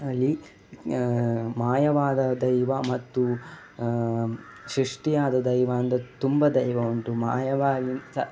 ಅಲ್ಲಿ ಮಾಯವಾದ ದೈವ ಮತ್ತು ಸೃಷ್ಟಿಯಾದ ದೈವ ಅಂತ ತುಂಬ ದೈವ ಉಂಟು ಮಾಯವಾದಂಥ